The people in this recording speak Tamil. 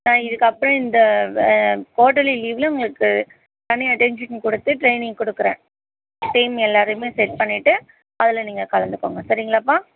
இதுக்கப்புறோம் இந்த குவாட்டலி லீவில் உங்களுக்கு தனி அட்டேஷன் கொடுத்து ட்ரைனிங் கொடுக்குறேன் டீம் எல்லாரையுமே செட் பண்ணிவிட்டு அதில் நீங்கள் கலந்துக்கோங்க சரிங்களாப்பா